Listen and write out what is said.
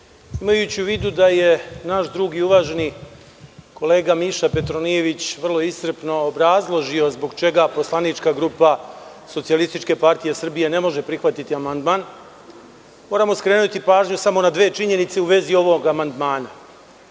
imajući u vidu da je naš drug i uvaženi kolega Miša Petronijević vrlo iscrpno obrazložio zbog čega poslanička grupa SPS ne može prihvatiti amandman, moramo skrenuti pažnju samo na dve činjenice u vezi ovog amandmana. Podsećanja